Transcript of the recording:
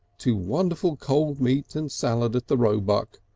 to wonderful cold meat and salad at the roebuck,